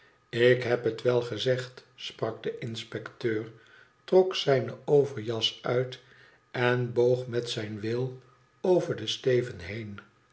lik heb het wel gezegd sprak de inspecteur trok zijne overjas uit en boog met zijn wil over den steven heen